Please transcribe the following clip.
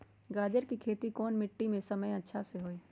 गाजर के खेती कौन मिट्टी पर समय अच्छा से होई?